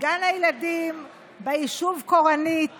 גן הילדים ביישוב קורנית